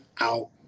out